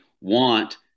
want